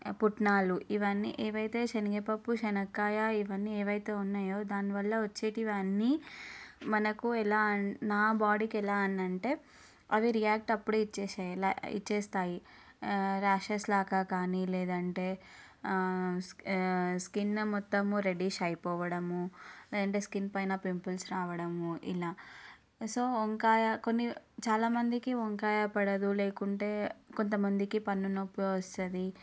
పుట్నాలు ఇవన్నీ ఏవైతే శనగపప్పు శనగకాయ ఇవన్నీ ఏవైతే ఉన్నాయో దాని వల్ల వచ్చేటివన్నీ మనకు ఎలా అం నా బాడీకి ఎలా అని అంటే అవి రియాక్ట్ అప్పుడు ఇచ్చేసాయి లే ఇచ్చేస్తాయి ర్యాషెస్ లాగా కానీ లేదంటే స్కిన్ మొత్తము రెడ్డిష్ అయిపోవడము అండ్ స్కిన్ పైన పింపుల్స్ రావడము ఇలా సో వంకాయ కొన్ని చాలా మందికి వంకాయ పడదు లేకుంటే కొంత మందికి పన్ను నొప్పి వస్తుంది